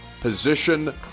position